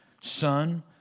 Son